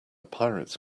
pirates